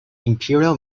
imperial